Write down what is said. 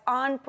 on